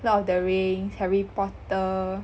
Lord of the Rings Harry Potter